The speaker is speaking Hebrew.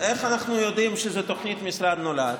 איך אנחנו יודעים שזו תוכנית "משרד נולד"?